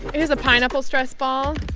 it. here's a pineapple stress ball,